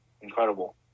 incredible